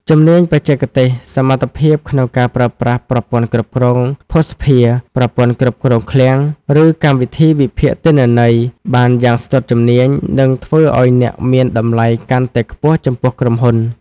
ជំនាញបច្ចេកទេស សមត្ថភាពក្នុងការប្រើប្រាស់ប្រព័ន្ធគ្រប់គ្រងភស្តុភារ ប្រព័ន្ធគ្រប់គ្រងឃ្លាំង ឬកម្មវិធីវិភាគទិន្នន័យបានយ៉ាងស្ទាត់ជំនាញ នឹងធ្វើឱ្យអ្នកមានតម្លៃកាន់តែខ្ពស់ចំពោះក្រុមហ៊ុន។